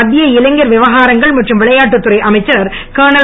மத்திய இளைஞர் விவகாரங்கள் மற்றும் விளையாட்டுத்துறை அமைச்சர் கர்னல்